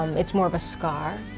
it's more of a scar.